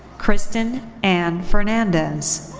kristen ann fernandez.